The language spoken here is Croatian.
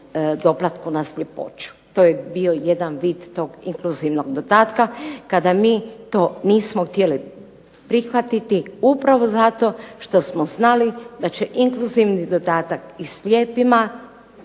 doplatku na sljepoću. To je bio jedan vid tog inkluzivnog dodatka kada mi to nismo htjeli prihvatiti, upravo zato što smo znali da će inkluzivni dodatak i slijepima